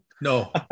no